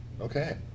Okay